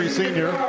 senior